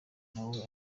nawe